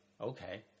okay